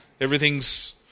Everything's